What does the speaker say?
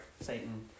Satan